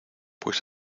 pues